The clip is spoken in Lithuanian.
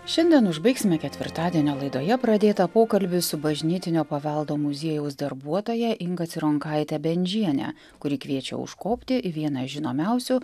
šiandien užbaigsime ketvirtadienio laidoje pradėtą pokalbį su bažnytinio paveldo muziejaus darbuotoja inga cironkaite bendžiene kuri kviečia užkopti į vieną žinomiausių